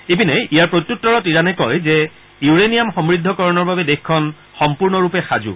ইপিনে ইয়াৰ প্ৰত্যুত্তৰত ইৰাণে কয় যে ইউৰেনিয়াম সমৃদ্ধকৰণৰ বাবে দেশখন সম্পূৰ্ণৰূপে সাজু